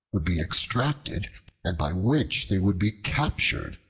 would be extracted and by which they would be captured.